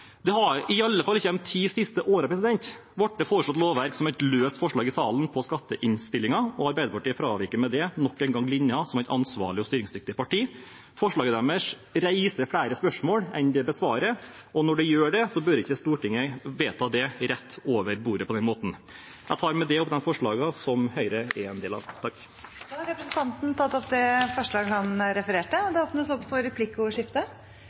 Det har i alle fall ikke de ti siste årene blitt foreslått lovverk ut fra et løst forslag i salen på skatteinnstillingen. Arbeiderpartiet fraviker med det nok en gang linjen som et ansvarlig og styringsdyktig parti. Forslaget deres reiser flere spørsmål enn det besvarer, og når det gjør det, bør ikke Stortinget vedta det rett over bordet på den måten. Jeg tar med det opp forslaget som Høyre fremmer sammen med Fremskrittspartiet, Venstre og Kristelig Folkeparti. Da har representanten Vetle Wang Soleim tatt opp det forslaget han refererte til. Det blir replikkordskifte.